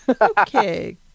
okay